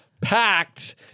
packed